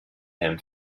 him